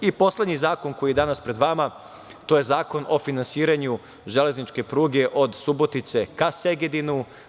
I, poslednji zakon koji je danas pred vama je Zakon o finansiranju železničke pruge od Subotice ka Segedinu.